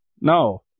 No